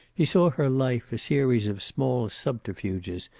he saw her life a series of small subterfuges,